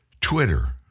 Twitter